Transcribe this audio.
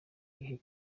gihe